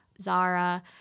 zara